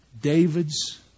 David's